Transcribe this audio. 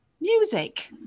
music